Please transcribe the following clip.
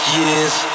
years